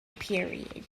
period